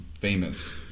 famous